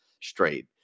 straight